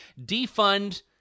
defund